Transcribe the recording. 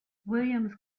william’s